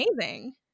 amazing